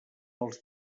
els